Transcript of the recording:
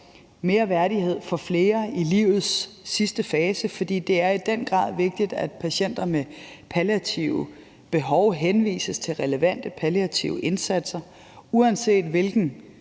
mere værdighed for flere i livets sidste fase. For det er i den grad vigtigt, at patienter med palliative behov henvises til relevante palliative indsatser, uanset hvilken